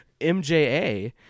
MJA